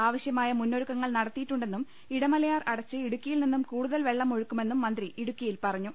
ആവശ്യമായ മുന്നൊ രുക്കങ്ങൾ നടത്തിയിട്ടുണ്ടെന്നും ഇടമലയാർ അടച്ച് ഇടുക്കി യിൽ നിന്നും കൂടുതൽ വെള്ളം ഒഴുക്കുമെന്നും മന്ത്രി ഇടുക്കി യിൽ പറഞ്ഞു